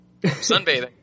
Sunbathing